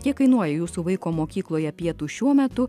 kiek kainuoja jūsų vaiko mokykloje pietūs šiuo metu